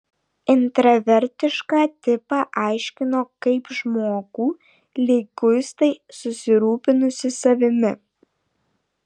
intravertišką tipą aiškino kaip žmogų liguistai susirūpinusį savimi